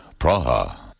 Praha